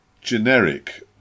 generic